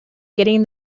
getting